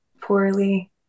poorly